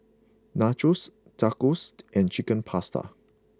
Nachos Tacosed and Chicken Pasta